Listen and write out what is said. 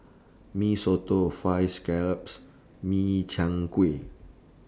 Mee Soto Fried Scallop Min Chiang Kueh